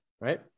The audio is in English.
Right